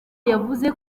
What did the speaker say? yavuze